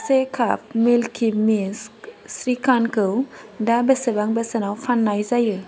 से काप Milky Mist स्रिखानखौ दा बेसेबां बोसोनाव फाननाय जायो